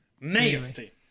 Nasty